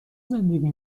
زندگی